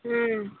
ହୁଁ